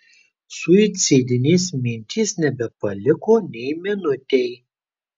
suicidinės mintys nebepaliko nei minutei